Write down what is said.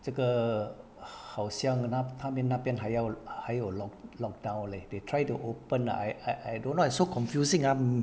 这个好像那他们那边还要还有 lock lock down leh they try to open I I don't know so confusing